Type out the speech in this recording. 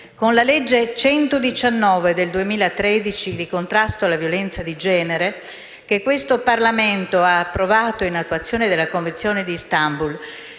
Con la legge n. 119 del 2013 di contrasto alla violenza di genere, che questo Parlamento ha approvato in attuazione della Convenzione di Istanbul,